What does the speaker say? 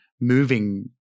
moving